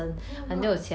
hmm !wah!